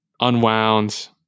unwound